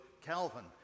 Calvin